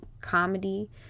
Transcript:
comedy